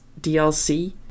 DLC